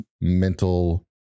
mental